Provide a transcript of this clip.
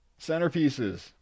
Centerpieces